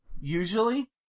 usually